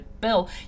Bill